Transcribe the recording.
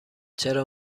چرا